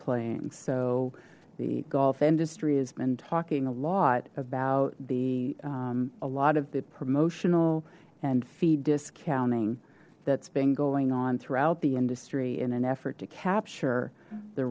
playing so the golf industry has been talking a lot about the a lot of the promotional and feed discounting that's been going on throughout the industry in an effort to capture the